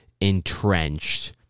entrenched